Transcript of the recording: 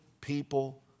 people